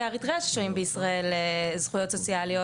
אריתריאה ששוהים בישראל זכויות סוציאליות,